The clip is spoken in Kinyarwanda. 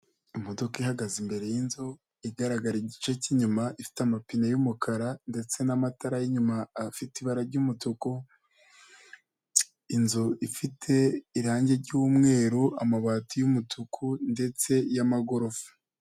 Imodoka ihagaze imbere y'inzu igaragara igice cy'inyuma ifite amapine y'umukara ndetse n'amatara y'inyuma afite ibara ry'umutuku, inzu ifite irange r'yumweru, amabati y'umutuku ndetse y'amagorofa.